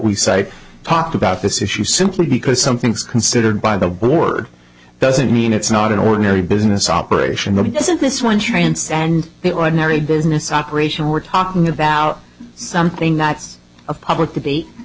cite talked about this issue simply because some things considered by the board doesn't mean it's not an ordinary business operation that doesn't this one transcend the ordinary business operation we're talking about something that's a public debate